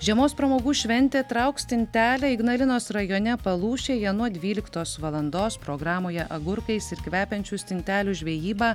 žiemos pramogų šventė trauk stintelę ignalinos rajone palūšėje nuo dvyliktos valandos programoje agurkais ir kvepiančių stintelių žvejyba